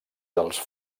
dels